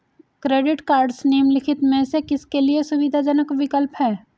Credit cards निम्नलिखित में से किसके लिए सुविधाजनक विकल्प हैं?